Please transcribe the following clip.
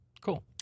Cool